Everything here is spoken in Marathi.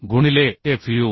गुणिलेFu